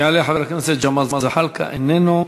יעלה חבר הכנסת ג'מאל זחאלקה, איננו.